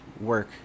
work